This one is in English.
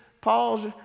Paul's